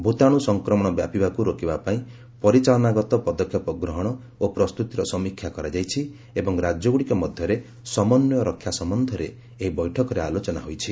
ଭୂତାଣୁ ସଂକ୍ରମଣ ବ୍ୟାପିବାକୁ ରୋକିବାପାଇଁ ପରିଚାଳନଗତ ପଦକ୍ଷେପ ଗ୍ରହଣ ଓ ପ୍ରସ୍ତୁତିର ସମୀକ୍ଷା କରାଯାଇଛି ଏବଂ ରାଜ୍ୟଗୁଡ଼ିକ ମଧ୍ୟରେ ସମନ୍ୱୟ ରକ୍ଷା ସମ୍ଭନ୍ଧରେ ଏହି ବୈଠକରେ ଆଲୋଚନା ହୋଇଛି